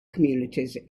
communities